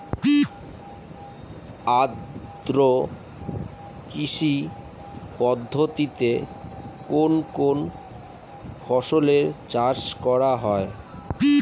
আদ্র কৃষি পদ্ধতিতে কোন কোন ফসলের চাষ করা হয়?